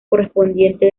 correspondiente